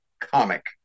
comic